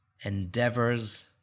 endeavors